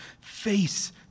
face